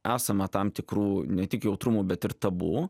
esama tam tikrų ne tik jautrumų bet ir tabu